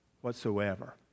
whatsoever